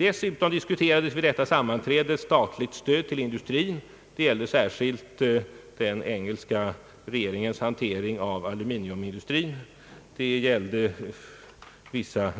Dessutom «diskuterades vid mötet statligt stöd till industrin — det gällde särskilt den engelska regeringens hantering av aluminiumindustrin, vissa